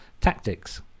tactics